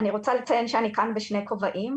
אני רוצה לציין שאני כאן בשני כובעים.